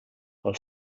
pel